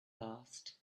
asked